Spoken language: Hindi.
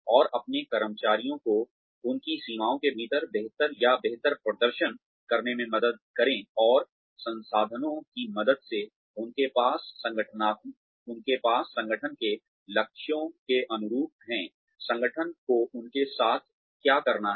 और अपने कर्मचारियों को उनकी सीमाओं के भीतर बेहतर या बेहतर प्रदर्शन करने में मदद करें और संसाधनों की मदद से उनके पास संगठन के लक्ष्यों के अनुरूप है संगठन को उनके साथ क्या करना है